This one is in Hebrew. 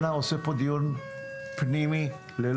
למגורים עם ילדים, בלי